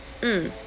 mm